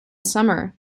summer